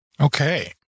Okay